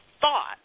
thought